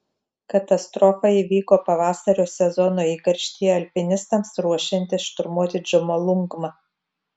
katastrofa įvyko pavasario sezono įkarštyje alpinistams ruošiantis šturmuoti džomolungmą